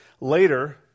Later